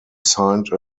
signed